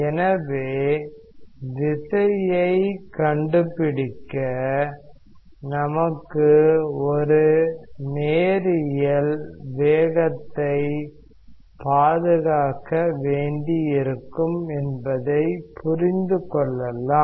எனவே விசையை கண்டுபிடிக்க நமக்கு ஒரு நேரியல் வேகத்தை பாதுகாக்க வேண்டியிருக்கும் என்பதை புரிந்து கொள்ளலாம்